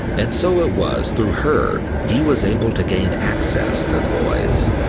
and so it was, through her, he was able to gain access to the boys.